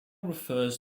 refers